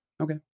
Okay